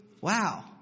wow